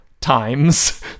times